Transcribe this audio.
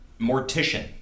mortician